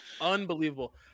unbelievable